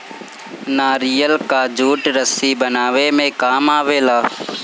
नारियल कअ जूट रस्सी बनावे में काम आवेला